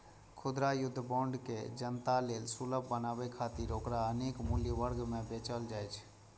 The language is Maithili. खुदरा युद्ध बांड के जनता लेल सुलभ बनाबै खातिर ओकरा अनेक मूल्य वर्ग मे बेचल जाइ छै